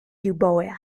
euboea